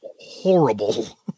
horrible